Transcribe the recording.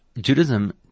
Judaism